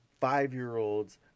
five-year-olds